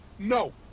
No